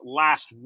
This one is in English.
last